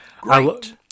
Great